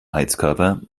heizkörper